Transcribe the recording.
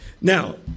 Now